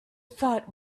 thought